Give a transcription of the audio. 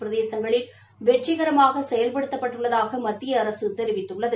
பிரதேசங்களில் வெற்றிகரமாக செயல்படுத்தப்பட்டுள்ளதாக மத்திய அரசு தெரிவித்துள்ளது